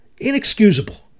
Inexcusable